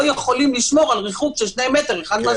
לא יכולים לשמור על ריחוק של 2 מ' אחד מהשני.